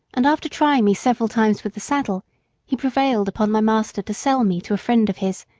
and after trying me several times with the saddle he prevailed upon my master to sell me to a friend of his,